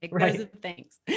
Thanks